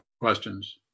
questions